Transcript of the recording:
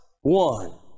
one